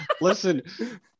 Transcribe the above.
Listen